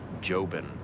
Jobin